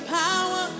power